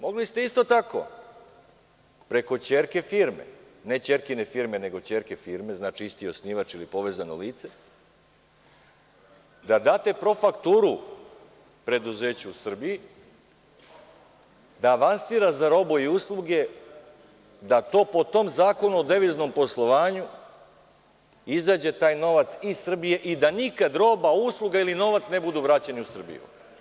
Mogli ste isto tako preko ćerke firme, ne ćerkine firme, nego ćerke firme, znači, isti osnivač ili povezano lice, da date profakturu preduzeću u Srbiji da avansira za robu i usluge, da po tom Zakonu o deviznom poslovanju izađe taj novac iz Srbije i da nikad roba, usluga ili novac ne budu vraćeni u Srbiju.